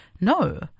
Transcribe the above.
no